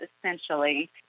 essentially